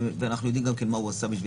אנחנו יודעים גם מה הוא עשה בשביל